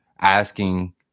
asking